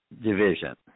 division